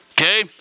okay